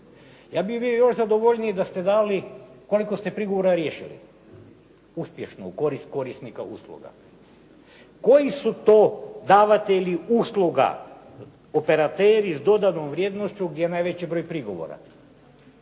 Ja bih bio još zadovoljniji da ste dali koliko ste prigovora riješili uspješno u korist korisnika usluga. Koji su to davatelji usluga operateri s dodanom vrijednošću gdje je najveći broj prigovora?